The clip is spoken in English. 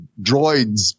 droids